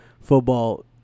football